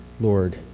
Lord